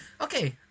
Okay